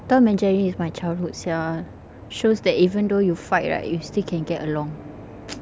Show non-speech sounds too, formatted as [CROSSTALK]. tom and jerry is my childhood sia shows that even though you fight right you still can get along [NOISE]